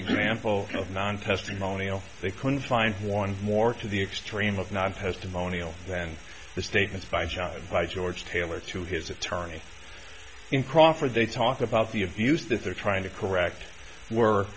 example of non testimonial they couldn't find one more to the extreme of not has demonio then the statements by john by george taylor to his attorney in crawford they talk about the abuse that they're trying to correct were